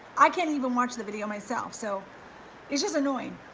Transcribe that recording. i can't even watch the video myself. so it's just annoying.